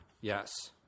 yes